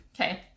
okay